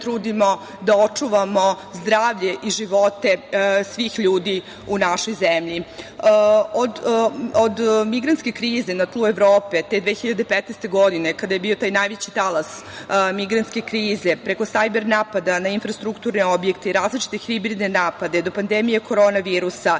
trudimo da očuvamo zdravlje i živote svih ljudi u našoj zemlji. Od migrantske krize na tlu Evrope te 2015. godine kada je bio taj najveći talas migrantske krize, preko sajber napada na infrastrukturne objekte i različite hibridne napade, do pandemije korona virusa